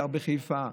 גר בחיפה,